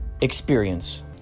experience